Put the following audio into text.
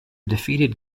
defeated